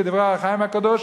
כדברי ה"אור החיים" הקדוש,